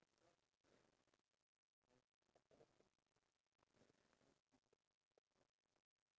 but then again if we take something of really high levels of sugar then